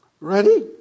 ready